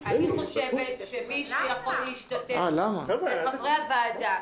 אני חושבת שמי שיכול להשתתף אלה חברי הוועדה.